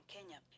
Kenya